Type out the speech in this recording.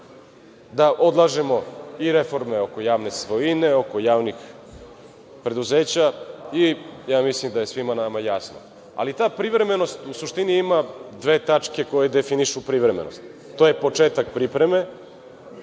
da odlažemo i reforme oko javne svojine, oko javnih preduzeća i ja mislim da je svima nama jasno. Ali, ta privremenost u suštini ima dve tačke koje definišu privremenost. To je početak pripreme